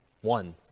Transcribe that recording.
One